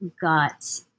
got